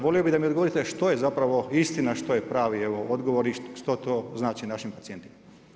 Volio bih da mi odgovorite da što je zapravo istina, što je pravi evo odgovor i što to znači našim pacijentima.